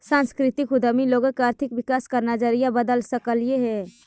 सांस्कृतिक उद्यमी लोगों का आर्थिक विकास का नजरिया बदल सकलई हे